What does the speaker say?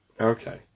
Okay